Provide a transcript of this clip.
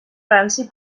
ranci